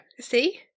See